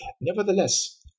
Nevertheless